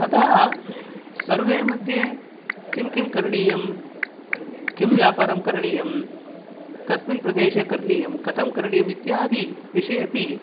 अतः सर्वे मध्ये किं किं करणीयं किं व्यापारं करणीयं कस्मिन् प्रदेशे करणीयं कथं करणीयम् इत्यादि विषये अपि